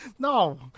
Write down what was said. No